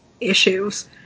issues